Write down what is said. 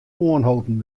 oanholden